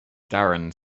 darren